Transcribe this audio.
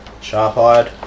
sharp-eyed